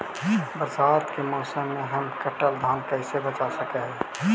बरसात के मौसम में हम कटल धान कैसे बचा सक हिय?